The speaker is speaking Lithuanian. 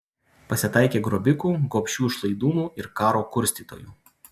pasitaikė grobikų gobšių išlaidūnų ir karo kurstytojų